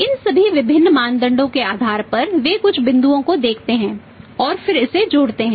इन सभी विभिन्न मानदंडों के आधार पर वे कुछ बिंदुओं को देखते हैं और फिर इसे जोड़ते हैं